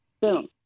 Boom